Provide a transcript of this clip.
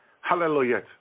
Hallelujah